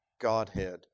Godhead